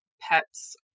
pets